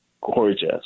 gorgeous